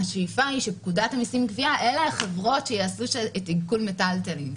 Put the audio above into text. השאיפה היא שבפקודת המיסים והגבייה אלו החברות שיעשו עיקול מיטלטלין.